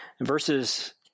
Verses